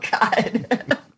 God